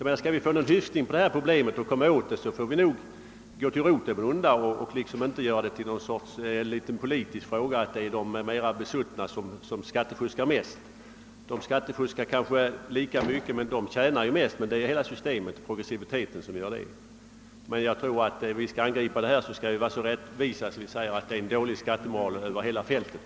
För att komma åt detta problem måste vi gå till roten med det onda och får inte se politiskt på det och mena att det är de mera besuttna som skattefuskar mest. De skattefuskar kanske lika mycket som andra men tjänar mer på det på grund av skatteprogressiviteten. Vi bör vara så rättvisa att vi erkänner att skattemoralen är lika dålig över hela fältet.